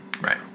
Right